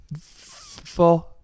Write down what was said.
four